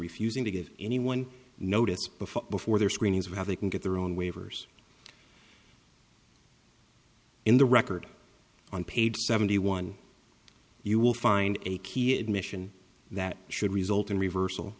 refusing to give anyone notice before before their screenings of how they can get their own waivers in the record on page seventy one you will find a key admission that should result in reversal